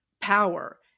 power